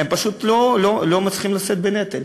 הם פשוט לא מצליחים לשאת בנטל.